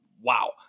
wow